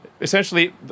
essentially